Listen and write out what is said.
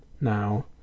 now